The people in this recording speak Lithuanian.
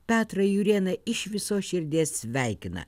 petrą jurėną iš visos širdies sveikina